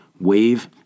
Wave